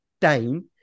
time